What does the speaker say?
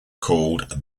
called